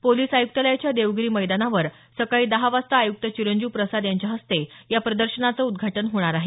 police आयुक्तालयाच्या देवगिरी मैदानावर सकाळी दहा वाजता आयुक्त चिरंजीव प्रसाद यांच्या हस्ते या प्रदर्शनाचं उद्घाटन होणार आहे